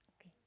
okay